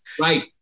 right